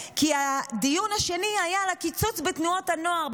הדיון השני היה על הקיצוץ בתנועות הנוער,